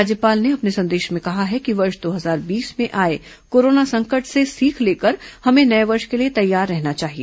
राज्यपाल ने अपने संदेश में कहा है कि वर्ष दो हजार बीस में आए कोरोना संकट से सीख लेकर हमें नये वर्ष के लिए तैयार रहना चाहिए